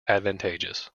advantageous